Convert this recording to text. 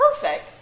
perfect